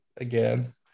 again